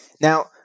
Now